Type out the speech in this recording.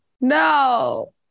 no